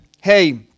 hey